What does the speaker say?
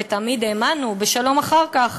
ותמיד האמנו בשלום אחר כך.